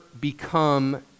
become